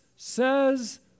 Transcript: Says